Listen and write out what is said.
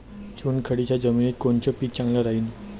चुनखडीच्या जमिनीत कोनचं पीक चांगलं राहीन?